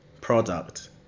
product